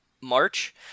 March